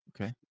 Okay